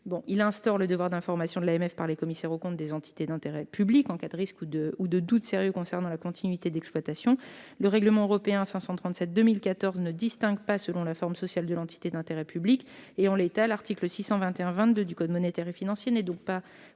instaure le devoir d'information de l'AMF par les commissaires aux comptes des entités d'intérêt public en cas de risques ou de doutes sérieux concernant la continuité d'exploitation, le règlement européen n° 537/2014 ne distingue pas selon la forme sociale de l'entité d'intérêt public. En l'état, l'article L. 621-22 du code monétaire et financier n'est donc pas